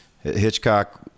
hitchcock